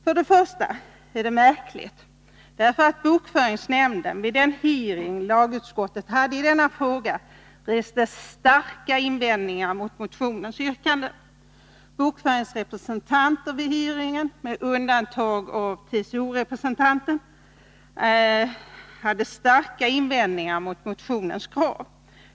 För det första är det märkligt därför att bokföringsnämnden vid den hearing lagutskottet hade i denna fråga reste starka invändningar mot motionens yrkanden. Bokföringsnämndens representanter vid hearingen — med undantag av TCO-representanten — hade starka invändningar mot motionens krav.